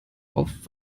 auf